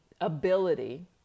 ability